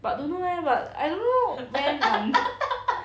but don't know leh but I don't know when I'm